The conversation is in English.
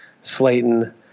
Slayton